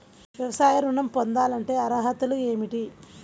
వ్యవసాయ ఋణం పొందాలంటే అర్హతలు ఏమిటి?